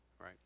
right